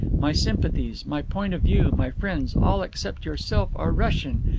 my sympathies, my point of view, my friends, all except yourself, are russian.